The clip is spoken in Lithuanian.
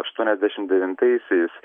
aštuoniasdešim devintaisiais